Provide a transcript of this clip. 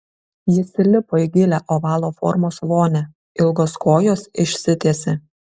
jis įlipo į gilią ovalo formos vonią ilgos kojos išsitiesė